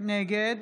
נגד